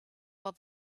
while